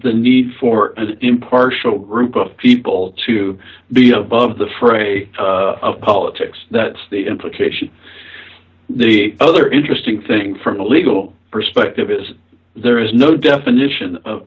the need for an impartial group of people to be above the fray of politics that's the implication the other interesting thing from a legal perspective is there is no definition of